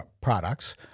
products